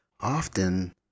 Often